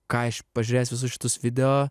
ką aš pažiūrėjęs visus šitus video